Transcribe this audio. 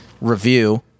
review